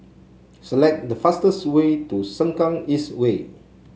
select the fastest way to Sengkang East Way